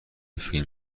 فیلم